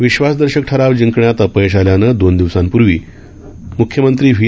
विश्वासदर्शक प्रस्ताव जिंकण्यात अपयश आल्याने दोन दिवसांपूर्वी मुख्यमंत्री व्ही